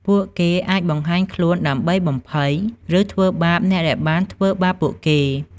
ពួកគេអាចបង្ហាញខ្លួនដើម្បីបំភ័យ ឬធ្វើបាបអ្នកដែលបានធ្វើបាបពួកគេ។